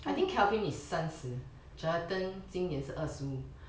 I think kelvin is 三十 jonathan 今年是二十五